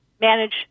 manage